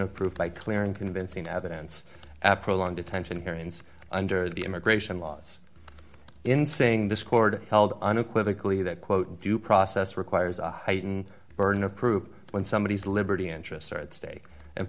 of proof by clear and convincing evidence at prolonging detention hearings under the immigration laws in saying this chord held unequivocally that quote due process requires a heightened burden of proof when somebody is liberty interests are at stake and